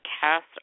cast